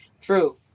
True